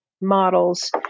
models